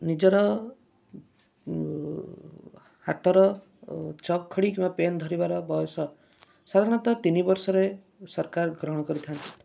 ନିଜର ହାତର ଚକ୍ ଖଡି଼ କିମ୍ବା ପେନ୍ ଧରିବାର ବୟସ ସାଧାରଣତଃ ତିନି ବର୍ଷରେ ସରକାର ଗ୍ରହଣ କରିଥାନ୍ତି